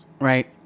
right